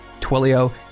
Twilio